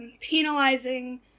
penalizing